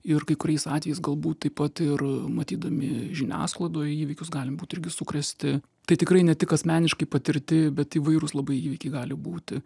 ir kai kuriais atvejais galbūt taip pat ir matydami žiniasklaidoje įvykius galim būt irgi sukrėsti tai tikrai ne tik asmeniškai patirti bet įvairūs labai įvykiai gali būti